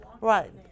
Right